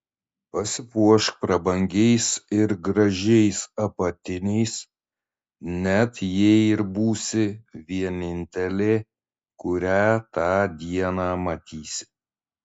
pasipuošk prabangiais ir gražiais apatiniais net jei ir būsi vienintelė kurią tą dieną matysi